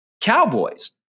cowboys